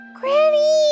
Granny